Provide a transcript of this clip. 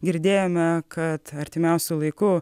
girdėjome kad artimiausiu laiku